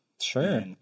sure